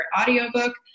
audiobook